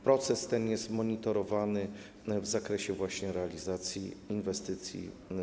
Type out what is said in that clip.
Proces ten jest monitorowany w zakresie realizacji inwestycji.